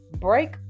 break